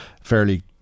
fairly